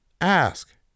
ask